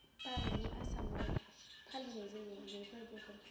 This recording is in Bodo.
भारतनि आसामाव फालिनाय जायो बे फोरबोफोरखौ